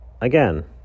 again